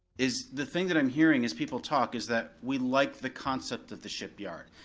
is the thing that i'm hearing as people talk is that we like the concept of the shipyard.